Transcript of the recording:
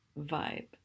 vibe